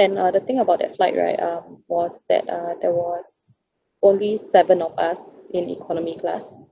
and uh the thing about that flight right um was that uh there was only seven of us in economy class